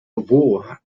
war